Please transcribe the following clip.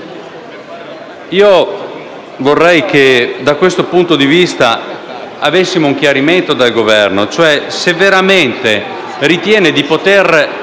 Vorrei che, da questo punto di vista, avessimo un chiarimento dal Governo: se veramente ritiene di poter